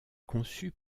conçu